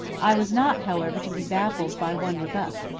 i was not however, to be baffled by one rebuff.